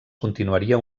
continuaria